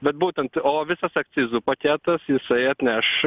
bet būtent o visas akcizų paketas jisai atneš